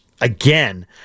again